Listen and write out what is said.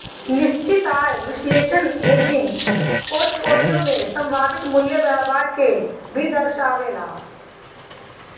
निश्चित आय विश्लेषण हेजिंग पोर्टफोलियो में संभावित मूल्य व्यवहार के भी दर्शावेला